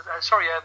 sorry